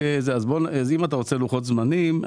אז אם אתה רוצה לוחות זמנים,